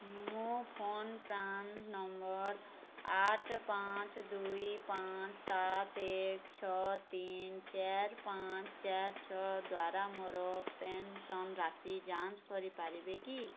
ମୁଁ ଫୋନ୍ ପ୍ରାନ୍ ନମ୍ବର୍ ଆଠ ପାଞ୍ଚ ଦୁଇ ପାଞ୍ଚ ସାତ ଏକ ଛଅ ତିନ ଚାର ପାଞ୍ଚ ଚାର ଛଅ ଦ୍ଵାରା ମୋର ପେନ୍ସନ୍ ରାଶି ଯାଞ୍ଚ କରିପାରିବି କି